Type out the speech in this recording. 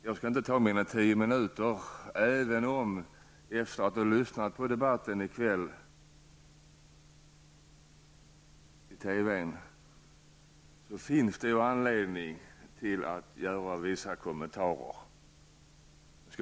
Jag skall inte ta mina tio minuter i anspråk även om jag, efter att ha lyssnat på debatten i TV i kväll, finner anledning att göra vissa kommentarer.